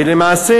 ולמעשה,